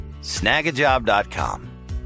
Snagajob.com